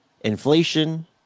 inflation